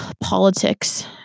politics